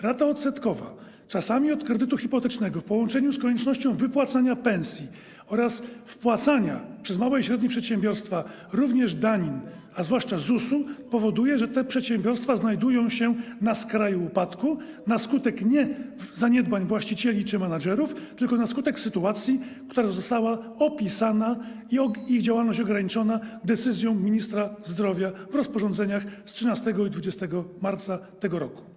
Rata odsetkowa, czasami od kredytu hipotecznego, w połączeniu z koniecznością wypłacania pensji oraz wpłacania przez małe i średnie przedsiębiorstwa również danin, zwłaszcza do ZUS-u, powoduje, że te przedsiębiorstwa znajdują się na skraju upadku na skutek nie zaniedbań właścicieli czy menedżerów, tylko sytuacji, która została opisana, w wyniku czego ich działalność została ograniczona decyzją ministra zdrowia w rozporządzeniach z 13 i 20 marca tego roku.